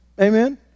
Amen